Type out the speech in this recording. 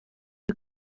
who